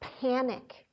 panic